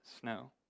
snow